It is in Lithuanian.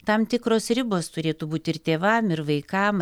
tam tikros ribos turėtų būt ir tėvam ir vaikam